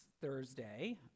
Thursday